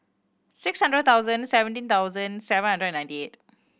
six hundred thousand seventeen thousand seven hundred and ninety eight